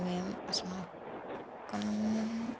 वयम् अस्माकं